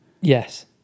Yes